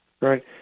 Right